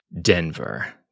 Denver